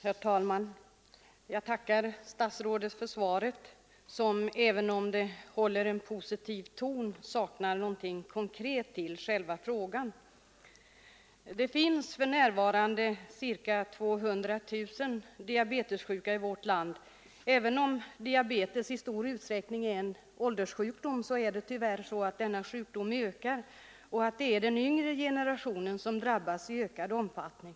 Herr talman! Jag tackar statsrådet för svaret på min enkla fråga. Även om svaret är hållet i en positiv ton tillför det inget konkret till frågeställningen. Det finns för närvarande ca 200 000 diabetessjuka i vårt land. Även om diabetes i stor utsträckning är en ålderssjukdom, är det tyvärr så att 53 denna sjukdom ökar och att det är den yngre generationen som drabbas i ökad omfattning.